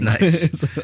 nice